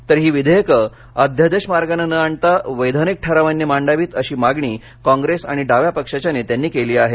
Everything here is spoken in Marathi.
तर ही विधेयक अध्यादेश मार्गाने न आणता वैधानिक ठरवानी मांडावेत अशी मागणी कॉग्रेस आणि डाव्या पक्षाच्या नेत्यांनी केली आहे